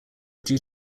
due